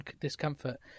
discomfort